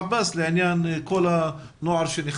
ואני מתנצלת שאני עושה את החלוקה,